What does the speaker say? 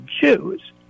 Jews